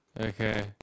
Okay